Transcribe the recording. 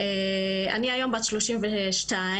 אני היום בת שלושים ושתיים